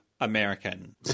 American